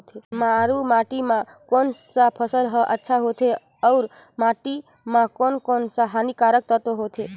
मारू माटी मां कोन सा फसल ह अच्छा होथे अउर माटी म कोन कोन स हानिकारक तत्व होथे?